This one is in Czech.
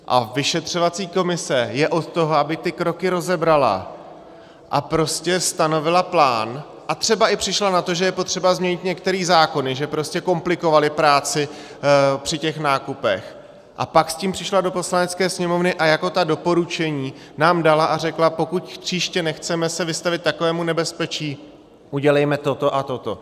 A vyšetřovací komise je od toho, aby ty kroky rozebrala a stanovila plán a třeba i přišla na to, že je potřeba změnit některé zákony, že prostě komplikovaly práci při těch nákupech, a pak s tím přišla do Poslanecké sněmovny a ta doporučení nám dala a řekla: Pokud se příště nechceme vystavit takovému nebezpečí, udělejme toto a toto.